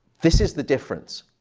this is the difference.